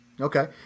Okay